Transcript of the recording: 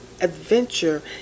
adventure